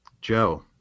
Joe